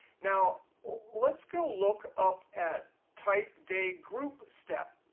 now let's go look up at type day group step.